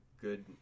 good